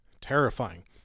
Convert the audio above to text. terrifying